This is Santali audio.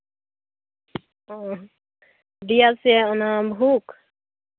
ᱚᱸᱻ ᱫᱮᱭᱟ ᱥᱮᱭᱟᱜ ᱚᱱᱟ ᱦᱩᱠ